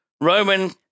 Roman